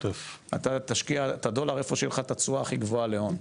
אתה תשקיע את הדולר איפה שיהיה לך את התשואה הכי גבוהה להון,